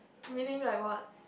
meaning like what